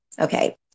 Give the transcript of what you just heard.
Okay